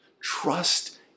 Trust